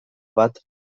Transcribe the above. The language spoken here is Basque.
bat